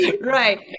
Right